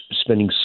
spending